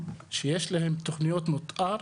שיש להם תוכניות מתאר,